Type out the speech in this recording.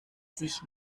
sich